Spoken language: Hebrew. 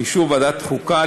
באישור ועדת החוקה,